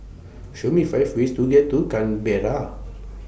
Show Me five ways to get to Canberra